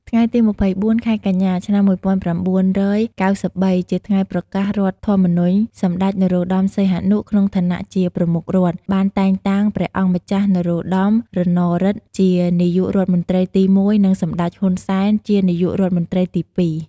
ថ្ងៃទី២៤ ខែកញ្ញា ឆ្នាំ១៩៩៣ ជាថ្ងៃប្រកាសរដ្ឋធម្មនុញ្ញ សម្តេច នរោត្តម សីហនុ ក្នុងឋានៈជាប្រមុខរដ្ឋ បានតែងតាំងព្រះអង្គម្ចាស់ នរោត្តម រណឫទ្ធិ ជានាយករដ្ឋមន្ត្រីទី១ និងសម្តេច ហ៊ុន សែន ជានាយករដ្ឋមន្ត្រីទី២។